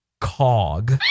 Cog